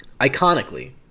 iconically